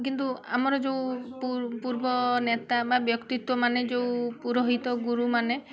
କିନ୍ତୁ ଆମର ଯେଉଁ ପୂର୍ବ ନେତା ବା ବ୍ୟକ୍ତିତ୍ୱ ମାନେ ଯେଉଁ ପୁରୋହିତ ଗୁରୁମାନେ ଥିଲେ